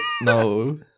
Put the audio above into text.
no